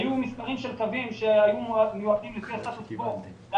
היו מספרים של קווים שלפי הסטטוס קוו היו